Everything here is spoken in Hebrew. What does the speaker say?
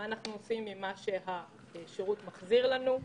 מה אנחנו עושים עם מה שהשירות מחזיר לנו.